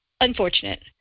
unfortunate